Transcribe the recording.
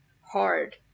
hard